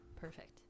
perfect